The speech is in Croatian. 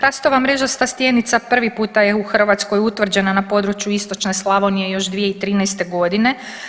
Hrastova mrežasta stjenica prvi puta je u Hrvatskoj utvrđena na području istočne Slavonije još 2013. godine.